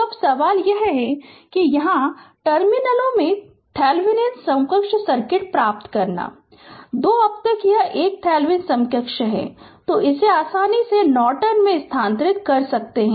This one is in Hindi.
तो अब सवाल यह है कि यहां टर्मिनलों में थेवेनिन समकक्ष सर्किट प्राप्त करना है 1 2 अब यह एक थेवेनिन समकक्ष है जो इसे आसानी से नॉर्टन में स्थानांतरित कर सकता है